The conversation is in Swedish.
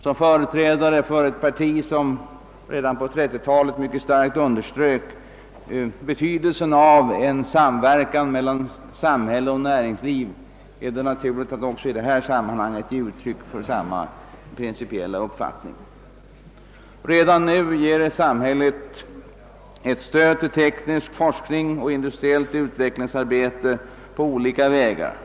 Som företrädare för ett parti som redan på 1930-talet mycket starkt underströk betydelsen av samverkan mellan samhälle och näringsliv är det naturligt för mig att också i detta sam manhang ge uttryck för samma principiella uppfattning. Redan nu ger samhället stöd till teknisk forskning och industriellt utvecklingsarbete på olika vägar.